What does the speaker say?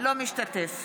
אינו משתתף